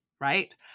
right